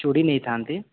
ଚୁଡ଼ି ନେଇଥାନ୍ତି